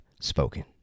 spoken